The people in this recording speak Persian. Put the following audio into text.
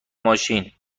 ماشین